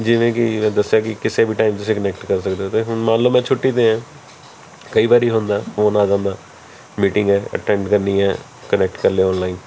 ਜਿਵੇਂ ਕਿ ਦੱਸਿਆ ਕਿ ਕਿਸੇ ਵੀ ਟਾਈਮ 'ਚ ਕਨੈਕਟ ਕਰ ਸਕਦੇ ਹੁਣ ਮੰਨ ਲਉ ਮੈਂ ਛੁੱਟੀ 'ਤੇ ਹਾਂ ਕਈ ਵਾਰੀ ਹੁੰਦਾ ਫੋਨ ਆ ਜਾਂਦਾ ਮੀਟਿੰਗ ਹੈ ਅਟੈਂਡ ਕਰਨੀ ਹੈ ਕਨੈਕਟ ਕਰ ਲਿਉ ਆਨਲਾਈਨ